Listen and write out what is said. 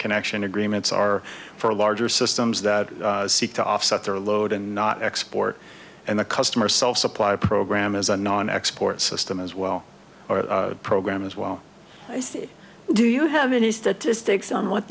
connection agreements are for a larger systems that seek to offset their load and not export and the customer self supply program is a non export system as well or a program as well do you have any statistics on what